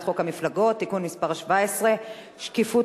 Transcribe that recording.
חוק המפלגות (תיקון מס' 17) (שקיפות,